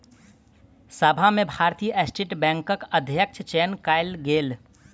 सभा में भारतीय स्टेट बैंकक अध्यक्षक चयन कयल गेल